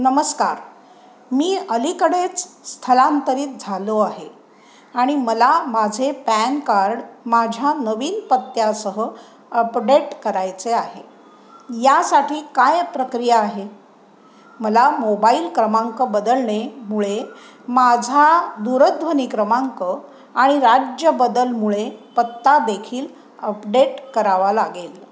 नमस्कार मी अलीकडेच स्थलांतरित झालो आहे आणि मला माझे पॅन कार्ड माझ्या नवीन पत्त्यासह अपडेट करायचे आहे यासाठी काय प्रक्रिया आहे मला मोबाईल क्रमांक बदलणेमुळे माझा दूरध्वनी क्रमांक आणि राज्यबदलमुळे पत्तादेखील अपडेट करावा लागेल